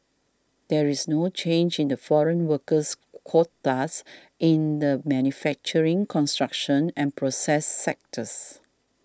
there is no change in the foreign workers quotas in the manufacturing construction and process sectors